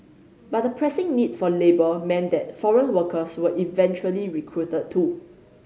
but the pressing need for labour meant that foreign workers were eventually recruited too